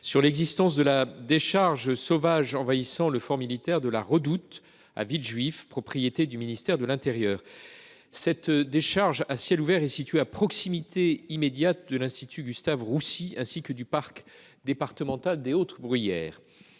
sur l'existence de la décharge sauvage envahissant le fort militaire de la Redoute, propriété du ministère de l'intérieur. Cette décharge à ciel ouvert est située à proximité immédiate de l'Institut Gustave-Roussy, ainsi que du parc départemental des Hautes-Bruyères.